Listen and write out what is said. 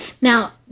Now